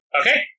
Okay